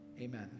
amen